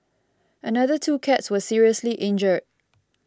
another two cats were seriously injured